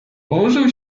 położył